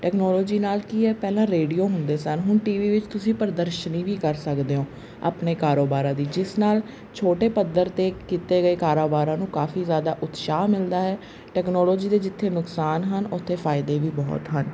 technology ਨਾਲ ਕੀ ਹੈ ਪਹਿਲਾਂ ਰੇਡੀਓ ਹੁੰਦੇ ਸਨ ਹੁਣ ਟੀ ਵੀ ਵਿੱਚ ਤੁਸੀਂ ਪ੍ਰਦਰਸ਼ਨੀ ਵੀ ਕਰ ਸਕਦੇ ਹੋ ਆਪਣੇ ਕਾਰੋਬਾਰ ਦੀ ਜਿਸ ਨਾਲ ਛੋਟੇ ਪੱਧਰ 'ਤੇ ਕੀਤੇ ਗਏ ਕਾਰੋਬਾਰ ਨੂੰ ਕਾਫੀ ਜ਼ਿਆਦਾ ਉਤਸ਼ਾਹ ਮਿਲਦਾ ਹੈ ਟੈਕਨੋਲੋਜੀ ਦੇ ਜਿੱਥੇ ਨੁਕਸਾਨ ਹਨ ਉੱਥੇ ਫਾਇਦੇ ਵੀ ਬਹੁਤ ਹਨ